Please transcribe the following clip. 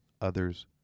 others